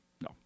no